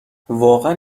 واقعا